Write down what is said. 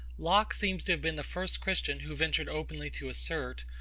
locke seems to have been the first christian who ventured openly to assert,